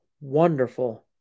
wonderful